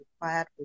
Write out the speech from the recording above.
required